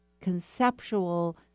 conceptual